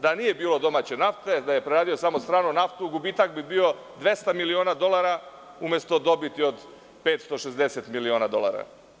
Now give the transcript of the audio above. Da nije bilo domaće nafte, da je preradio samo stranu naftu, gubitak bi bio 200 miliona dolara, umesto dobiti od 560 miliona dolara.